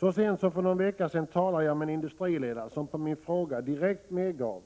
Så sent som för någon vecka sedan talade jag med en industriledare, som på min fråga direkt medgav